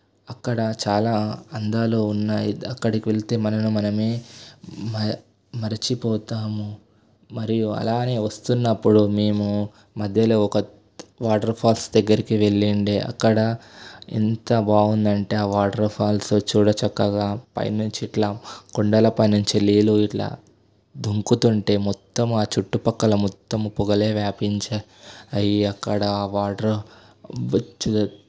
అక్కడ చాలా అందాలు ఉన్నాయి అక్కడికి వెళితే మనల్ను మనం మరచిపోతాము మరియు అలాగే వస్తున్నప్పుడు మేము మధ్యలో ఒక వాటర్ఫాల్స్ దగ్గరికి వెళ్ళిండే అక్కడ ఎంత బాగుందంటే ఆ వాటర్ఫాల్స్ చూడ చక్కగా పైనుంచి ఇట్లా కొండల పైనుంచి నీళ్ళు ఇట్లా దుముకుతుంటే మొత్తం ఆ చుట్టుపక్కల మొత్తం పొగలు వ్యాపించాయి అవి అక్కడ ఆ వాటర్ అవచ్చు